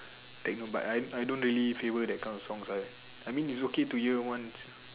no but I I don't really favour that kind of songs right I mean it's okay to hear once